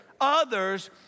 others